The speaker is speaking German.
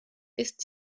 ist